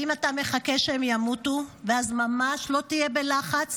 האם אתה מחכה שהם ימותו, ואז ממש לא תהיה בלחץ